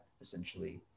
essentially